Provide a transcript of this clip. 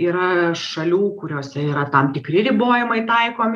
yra šalių kuriose yra tam tikri ribojimai taikomi